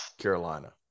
Carolina